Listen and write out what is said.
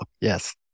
Yes